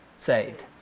saved